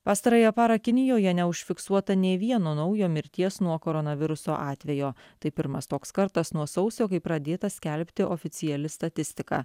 pastarąją parą kinijoje neužfiksuota nei vieno naujo mirties nuo koronaviruso atvejo tai pirmas toks kartas nuo sausio kai pradėta skelbti oficiali statistika